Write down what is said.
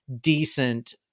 decent